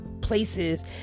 places